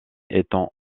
étant